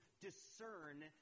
discern